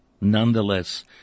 Nonetheless